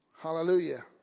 Hallelujah